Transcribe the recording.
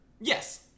Yes